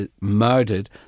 murdered